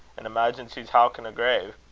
an' imaigins he's howkin' a grave.